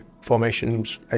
formations